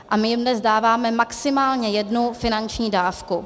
A my jim dnes dáváme maximálně jednu finanční dávku.